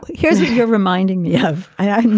here's what you're reminding me of. i